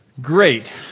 Great